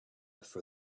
for